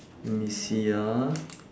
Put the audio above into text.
let me see ah